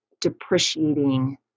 depreciating